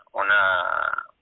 una